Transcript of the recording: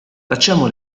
facciamo